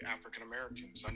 African-Americans